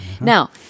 Now